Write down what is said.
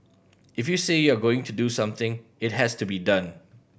if you say you are going to do something it has to be done